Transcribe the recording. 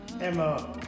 Emma